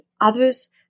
others